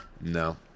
No